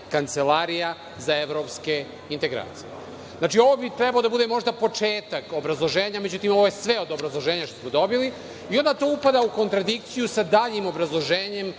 Kancelarija za evropske integracije.“Znači, ovo bi trebao da bude možda početak obrazloženja, međutim, ovo je sve od obrazloženja što smo dobili. Onda to upada u kontradikciju sa daljim obrazloženjem